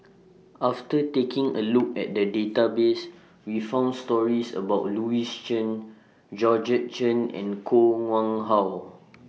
after taking A Look At The Database We found stories about Louis Chen Georgette Chen and Koh Nguang How